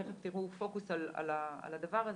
תיכף תראו פוקוס על הדבר הזה,